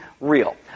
real